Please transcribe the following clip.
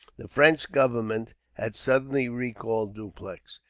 the french government had suddenly recalled dupleix,